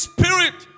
Spirit